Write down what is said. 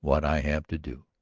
what i have to do.